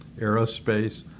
aerospace